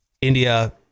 India